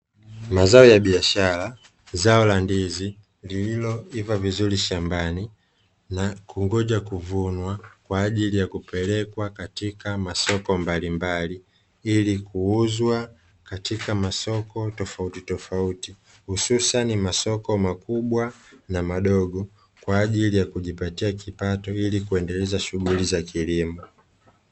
Mazao ya biashara, zao la ndizi iliyoiva vizuri shambani na kungoja kuvunwa kwa ajili ya kupelekwa katika masoko mbalimbali ili kuuzwa katika masoko tofauti tofauti, hususani masoko makubwa na madogo kwa ajili ya kujipatia kipato ili kuendeleza shughuli za kilimo.